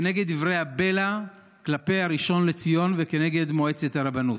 כנגד דברי הבלע כלפי הראשון לציון וכנגד מועצת הרבנות.